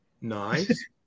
nice